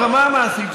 ברמה המעשית,